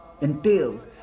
entails